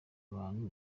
abantu